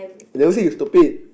I never say you stupid